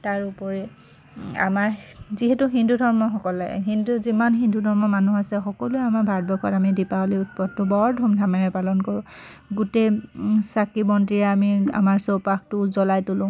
তাৰ উপৰি আমাৰ যিহেতু হিন্দু ধৰ্মসকলে হিন্দু যিমান হিন্দু ধৰ্মৰ মানুহ আছে সকলোৱে আমাৰ ভাৰতবৰ্ষত আমি দীপাৱলী উৎসৱটো বৰ ধুমধামেৰে পালন কৰোঁ গোটেই চাকি বন্তিৰে আমি আমাৰ চৌপাশটো জ্বলাই তোলোঁ